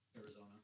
Arizona